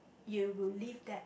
you will leave that